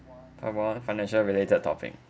part one financial related topic